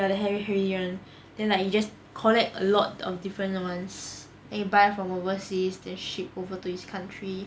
ya the hairy hairy [one] then like he just collect a lot of different ones then he buy from overseas then ship over to his country